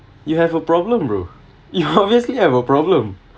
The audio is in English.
you have a problem bro you obviously have a problem